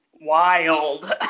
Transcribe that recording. wild